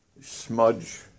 smudge